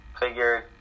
figured